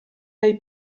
lei